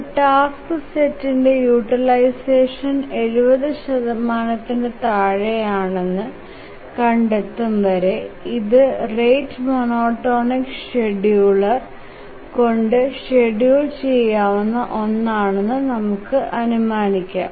ഒരു ടാസ്ക് സെറ്റ്ന്ടെ യൂട്ടിലൈസഷൻ 70ത്തിനു താഴെ ആണെന് കണ്ടെത്തും വരെ ഇത് റേറ്റ് മോനോടോണിക് ഷ്ഡ്യൂള്ർ കൊണ്ട് ഷ്ഡ്യൂള് ചെയാവുന്ന ഒന്നാണെന്നു നമുക്ക് അനുമാനികാം